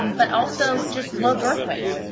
um but also just low birth weight.